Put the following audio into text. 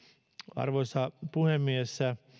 arvoisa puhemies